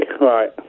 right